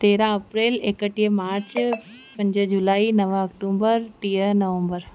तेरहं अप्रैल एकटीह मार्च पंज जुलाई नव अक्टूबर टीह नवम्बर